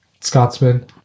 scotsman